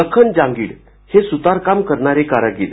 लखन जांगिड हे सुतारकाम करणारे कारागिर